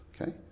Okay